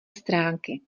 stránky